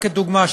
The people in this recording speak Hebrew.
רק כדוגמה,